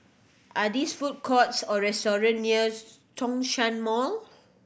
are these food courts or restaurants near Zhongshan Mall